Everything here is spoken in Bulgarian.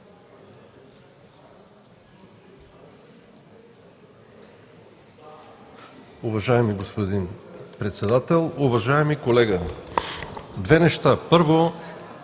Уважаеми господин Председател! Уважаеми колега, две неща. Първо,